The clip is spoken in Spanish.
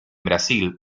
brasil